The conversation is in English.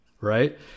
right